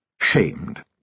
shamed